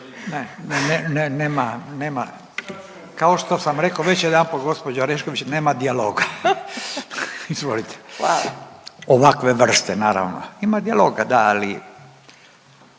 ne, nema, nema. Kao što sam rekao već jedanput, gđa Orešković, nema dijaloga. Izvolite. Ovakve vrste, naravno. Ima dijaloga, da. Ali,